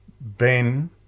Ben